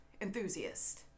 Enthusiast